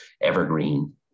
evergreen